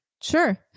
Sure